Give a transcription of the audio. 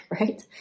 right